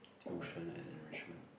tuition and enrichment